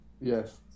Yes